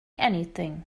anything